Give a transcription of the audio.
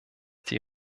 die